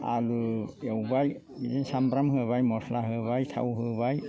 आलु एवबाय बिदिनो सामब्राम होबाय मस्ला होबाय थाव होबाय